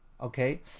okay